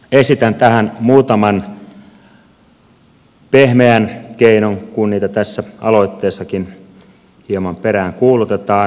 esitän tähän muutaman pehmeän keinon kun niitä tässä aloitteessakin hieman peräänkuulutetaan